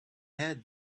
had